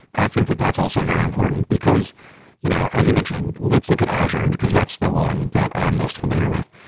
i think that that's also very important, because you know as you mentioned, let's look at azure, because that's the one that i'm most familiar with.